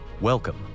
Welcome